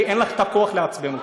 כי אין לך הכוח לעצבן אותי,